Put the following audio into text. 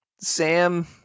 Sam